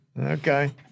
Okay